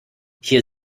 hier